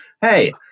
Hey